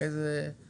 אחרי זה 2.9,